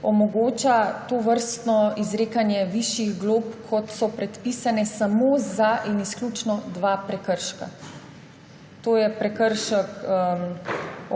omogoča tovrstno izrekanje višjih glob, kot so predpisane, samo in izključno za dva prekrška, to sta prekršek